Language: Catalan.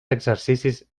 exercicis